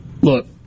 Look